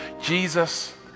Jesus